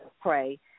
pray